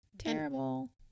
terrible